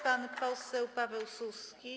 Pan poseł Paweł Suski.